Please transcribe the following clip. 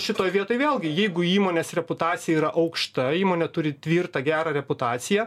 šitoj vietoj vėlgi jeigu įmonės reputacija yra aukšta įmonė turi tvirtą gerą reputaciją